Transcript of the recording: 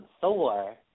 Thor